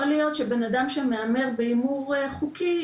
יכול להיות שאדם שמהמר בהימור חוקי,